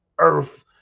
Earth